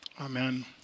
Amen